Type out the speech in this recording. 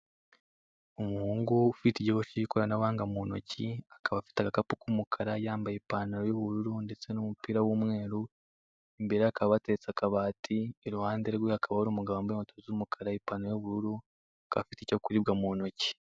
Umuhungu ufite igikoresho cy'ikoranabuhanga mu ntoki akaba afite agakapu k'umukara yambaye ipantaro y'ubururu ndetse n'umupira w'umweru, imbere ye hakaba hateretse akabati, iruhande rwe hakaba hari umugabo wambaye inkweto z'umukara, ipantaro y'ubururu akaba afite icyo kuribwa mu ntoki.